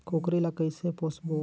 कूकरी ला कइसे पोसबो?